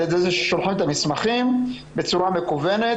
על ידי זה ששולחים את המסמכים בצורה מקוונת.